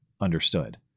understood